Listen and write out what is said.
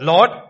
Lord